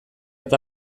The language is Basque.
eta